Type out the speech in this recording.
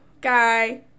guy